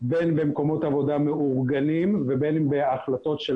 בין במקומות עבודה מאורגנים ובין אם בהחלטות של